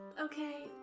okay